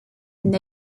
and